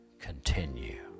continue